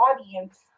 audience